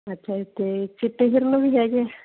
ਅੱਛਾ ਜੀ ਅਤੇ ਚਿੱਟੇ ਹਿਰਨ ਵੀ ਹੈਗੇ